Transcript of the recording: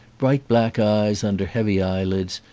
bright black eyes under heavy eye lids,